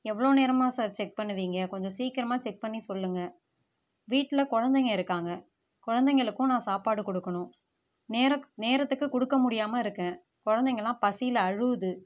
எவ்வளவு நேரமாக sir check பண்ணுவீங்க கொஞ்சம் சீக்கிரமாக செக் பண்ணி சொல்லுங்க வீட்டில் குழந்தைங்க இருக்காங்க குழந்தைங்களுக்கும் நான் சாப்பாடு கொடுக்கணும் நேரத் நேரத்துக்கு கொடுக்க முடியாமல் இருக்கேன் குழந்தைகளாம் பசியில் அழுவுது